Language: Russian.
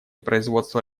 производства